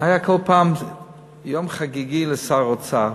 היה כל פעם יום חגיגי לשר האוצר.